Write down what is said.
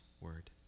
word